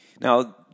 Now